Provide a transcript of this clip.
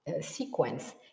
sequence